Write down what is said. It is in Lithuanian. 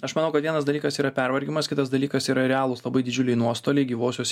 aš manau kad vienas dalykas yra pervargimas kitas dalykas yra realūs labai didžiuliai nuostoliai gyvosios